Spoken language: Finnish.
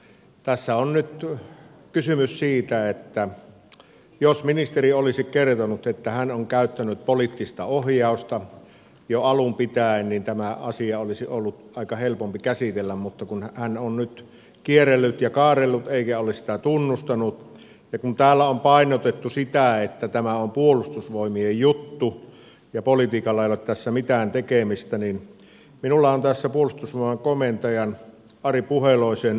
tässä on nyt kysymys siitä että jos ministeri olisi jo alun pitäen kertonut että hän on käyttänyt poliittista ohjausta niin tämä asia olisi ollut aika paljon helpompi käsitellä mutta kun hän on nyt kierrellyt ja kaarrellut eikä ole sitä tunnustanut ja kun täällä on painotettu sitä että tämä on puolustusvoimien juttu ja politiikalla ei ole tässä mitään tekemistä niin minulla on tässä puolustusvoimain komentajan ari puheloisen tekstiä